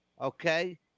okay